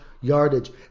yardage